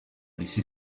laissé